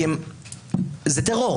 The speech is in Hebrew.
זה טרור.